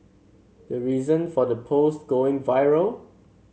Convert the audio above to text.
the reason for the post going viral